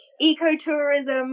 eco-tourism